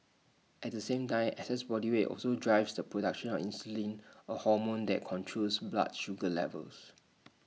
at the same time excess body weight also drives the production of insulin A hormone that controls blood sugar levels